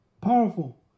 powerful